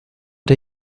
der